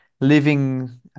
living